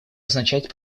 означать